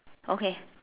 okay